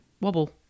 wobble